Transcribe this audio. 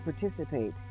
participate